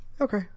Okay